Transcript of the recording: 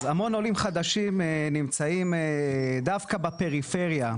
אז המון עולים חדשים נמצאים דווקא בפריפריה,